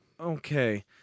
Okay